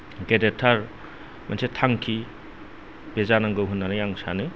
गेदेरथार मोनसे थांखि बे जानांगौ होननानै आं सानो